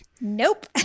Nope